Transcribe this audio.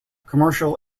commercial